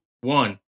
one